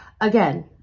again